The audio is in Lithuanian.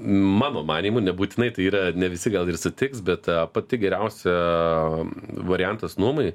mano manymu nebūtinai tai yra ne visi gal ir sutiks bet pati geriausia variantas nuomai